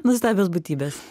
nuostabios būtybės